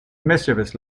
mischievous